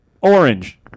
Orange